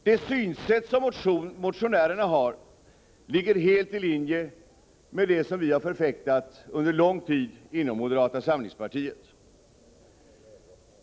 Det synsätt som motionärerna har ligger helt i linje med det som vi inom moderata samlingspartiet har förfäktat under lång tid.